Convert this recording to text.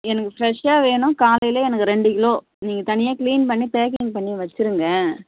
எனக்கு ஃப்ரெஷ்ஷாக வேணும் காலையில் எனக்கு ரெண்டு கிலோ நீங்கள் தனியாக க்ளீன் பண்ணி பேக்கிங் பண்ணி வச்சுருங்க